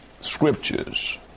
scriptures